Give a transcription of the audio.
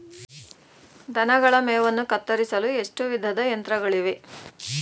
ದನಗಳ ಮೇವನ್ನು ಕತ್ತರಿಸಲು ಎಷ್ಟು ವಿಧದ ಯಂತ್ರಗಳಿವೆ?